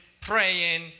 praying